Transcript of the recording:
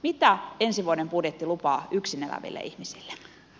mitä ensi vuoden budjetti lupaa yksin eläville ihmisille